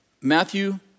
Matthew